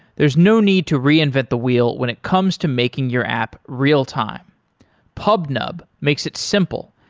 there is no need to reinvent the wheel when it comes to making your app real-time pubnub makes it simple,